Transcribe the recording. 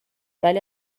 ولی